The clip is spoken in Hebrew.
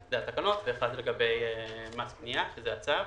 שאלה הן התקנות, ואחד לגבי מס קנייה, שזה הצו.